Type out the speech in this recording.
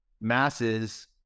masses